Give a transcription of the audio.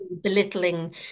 belittling